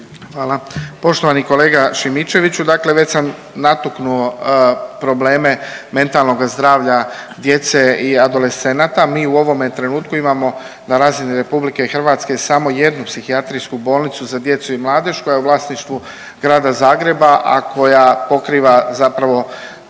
Hvala. Poštovani kolega Šimičeviću, dakle već sam natuknuo probleme mentalnoga zdravlja djece i adolescenata. Mi u ovome trenutku imamo na razini RH samo jednu Psihijatrijsku bolnicu za djecu i mladež koja je u vlasništvu Grada Zagreba, a koja pokriva zapravo